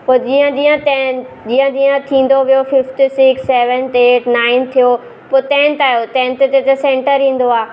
पोइ जीअं जीअं टैम जीअं जीअं थींदो वियो fifth sixth seventh eighth ninth थियो पोइ टैंथ आयो टेंथ ते त सेंटर ईंदो आहे